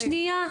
שנייה,